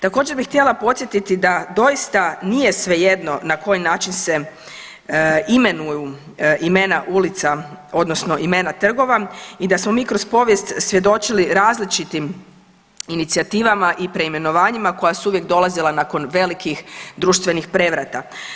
Također bih htjela podsjetiti da doista nije svejedno na koji način se imenuju imena ulica odnosno imena trgova i da smo mi kroz povijest svjedočili različitim inicijativama i preimenovanjima koja su uvijek dolazila nakon velikih društvenih prevrata.